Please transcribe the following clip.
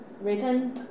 written